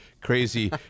crazy